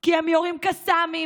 כי הם יורים קסאמים,